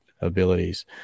abilities